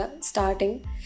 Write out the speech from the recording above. starting